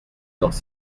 dans